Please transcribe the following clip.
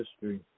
history